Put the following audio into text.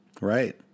Right